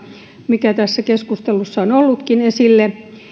mikä tässä keskustelussa on ollutkin esillä